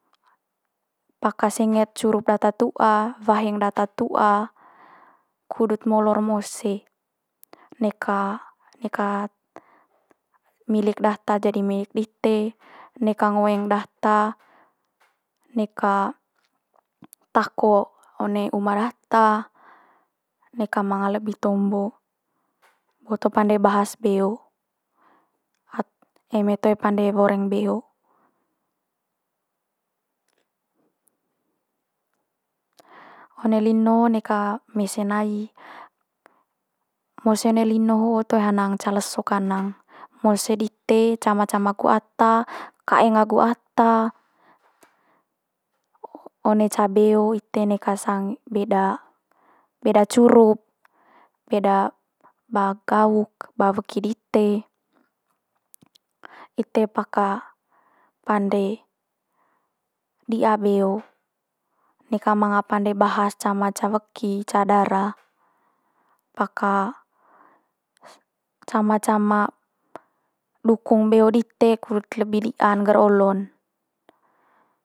Paka senget curup data tu'a waheng data tu'a kudut molor mose, neka neka milik data jadi milik dite neka ngoeng data neka tako one uma data, neka manga lebi tombo boto pande bahas beo, eme toe pande woreng beo. One lino neka mese nai, mose one lino ho'o toe hanang ca leso kanang. Mose dite cama cama agu ata, kaeng agu ata o- one ca beo ite neka beda, beda curup, beda ba gauk, ba weki dite ite paka pande di'a beo. Neka manga pande bahas cama ca weki, ca dara paka cama cama dukung beo dite kudut lebi di'an ngger olo'n.